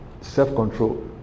Self-control